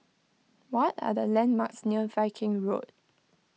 what are the landmarks near Viking Road